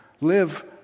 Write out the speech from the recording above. Live